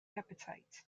appetite